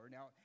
Now